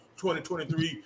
2023